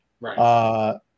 right